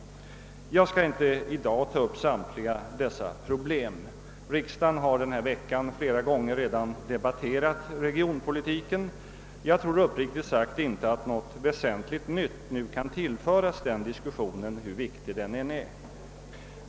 Jag skall inte i dag ta upp alla dessa frågor. Riksdagen har under den gångna veckan flera gånger diskuterat regionpolitiken, och jag tror uppriktigt sagt inte att något väsentligt nytt kan tillföras den diskussionen, hur viktig den än är.